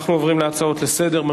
אנחנו עוברים להצעות לסדר-היום.